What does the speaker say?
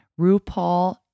RuPaul